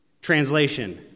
Translation